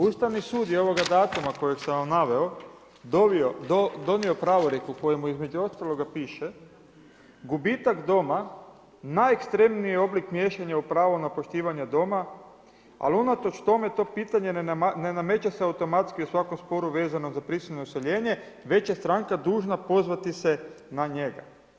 Ustavni sud je ovoga datuma kojega sam vam naveo donio pravorijek u kojemu između ostaloga piše gubitak doma najekstremniji je oblik miješanja u pravo na poštivanje doma ali unatoč tome to pitanje ne nameće se automatski u svakom sporu vezanom za prisilno useljenje već je stranka dužna pozvati se na njega.